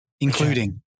including